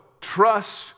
trust